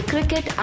Cricket